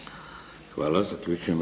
Hvala. Zaključujem raspravu.